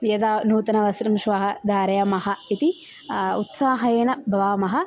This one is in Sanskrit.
यदा नूतनवस्त्रं श्वः धारयामः इति उत्साहेन भवामः